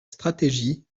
stratégie